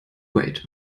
wait